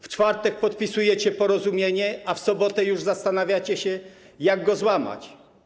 W czwartek podpisujecie porozumienie, a w sobotę już zastanawiacie się, jak je złamać.